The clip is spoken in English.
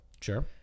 Sure